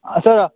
ಹಾಂ ಸರ